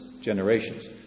generations